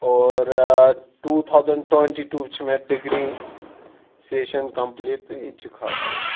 اور two thousand twenty two چھِ مےٚ ڈِگری سیشَن کَمپٕلیٖٹ تہٕ یہِ تہِ چھُ خاصٕے حظ